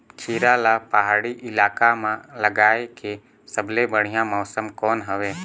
खीरा ला पहाड़ी इलाका मां लगाय के सबले बढ़िया मौसम कोन हवे?